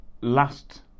Last